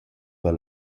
per